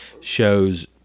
shows